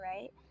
right